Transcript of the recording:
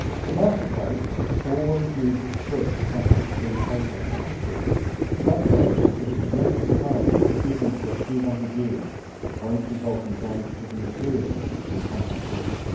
to mark a place, always use a strip of acid-free paper or tissue that way, if it is left behind, even for a few hundred years it won't result in damage to the material it is in contact with